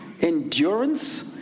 Endurance